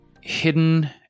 hidden